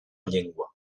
llengua